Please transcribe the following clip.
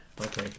Okay